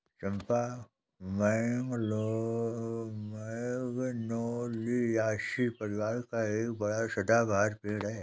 चंपा magnoliaceae परिवार का एक बड़ा सदाबहार पेड़ है